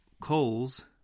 coals